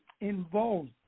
involved